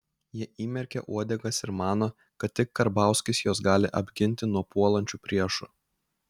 jie įmerkė uodegas ir mano kad tik karbauskis juos gali apginti nuo puolančių priešų